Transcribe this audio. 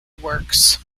works